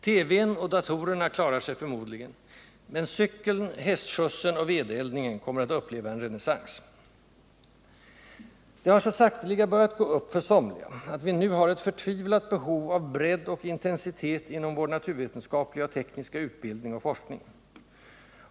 TV-n och datorerna klarar sig förmodligen, men cykeln, hästskjutsen och vedeldningen kommer då att uppleva en renässans. Det har så sakteliga börjat gå upp för somliga att vi nu har ett förtvivlat behov av bredd och intensitet inom vår naturvetenskapliga och tekniska utbildning och forskning.